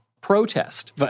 protest